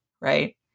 right